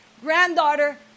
granddaughter